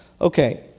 okay